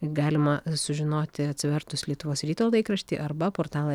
galima sužinoti atsivertus lietuvos ryto laikraštį arba portalą